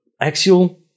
axial